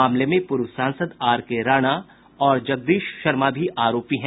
मामले में पूर्व सांसद आरके राणा और जगदीश शर्मा भी आरोपी हैं